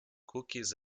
cookies